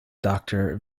doctor